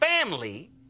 family